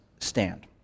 stand